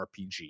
RPG